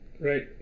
Right